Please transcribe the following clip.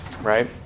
Right